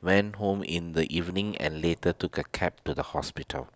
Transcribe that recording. went home in the evening and later took A cab to the hospital